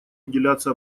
уделяться